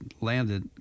landed